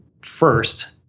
first